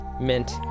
Mint